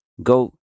Go